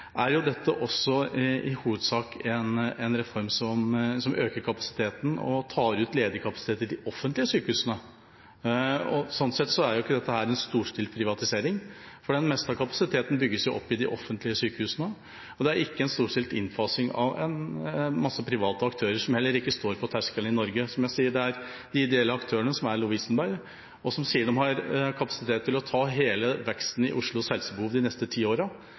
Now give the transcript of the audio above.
jo dette også i hovedsak en reform som øker kapasiteten, og tar ut ledig kapasitet i de offentlige sykehusene. Og sånn sett er ikke dette en storstilt privatisering, for det meste av kapasiteten bygges opp i de offentlige sykehusene, og det er ikke en storstilt innfasing av mange private aktører, som heller ikke står på terskelen i Norge. Som jeg sier, det er de ideelle aktørene, som Lovisenberg sykehus, som sier de har kapasitet til å ta hele veksten i Oslos helsebehov de neste ti